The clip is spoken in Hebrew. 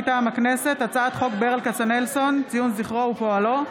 מטעם הכנסת: הצעת חוק ברל כצנלסון (ציון זכרו ופועלו),